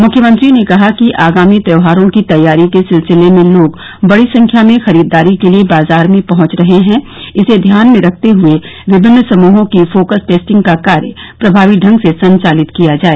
मुख्यमंत्री ने कहा कि आगामी त्यौहारों की तैयारी के सिलसिले में लोग बड़ी संख्या में खरीददारी के लिये बाजार में पहुंच रहे हैं इसे ध्यान में रखते हुये विभिन्न समूहों की फोकस टेस्टिंग का कार्य प्रभावी ढंग से संचालित किया जाय